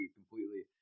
completely